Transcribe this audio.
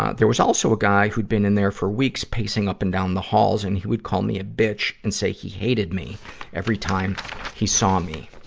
ah there was also a guy who'd been in there for weeks, pacing up and down the halls and he would call me a bitch and say he hated me every time he saw me.